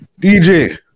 DJ